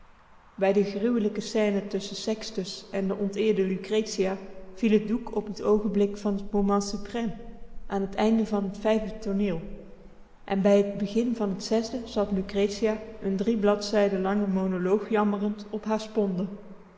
bij de gruwelijk scène tusschen sextus en de onteerde lucretia viel t doek op t oogenblik van t moment suprême aan t einde van t vijfde tooneel en bij t begin van t zesde zat lucretia n drie bladzijden langen monoloog jammerend op haar sponde